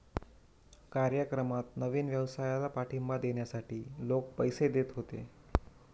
कार्यक्रमात नवीन व्यवसायाला पाठिंबा देण्यासाठी लोक पैसे देत होते